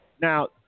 now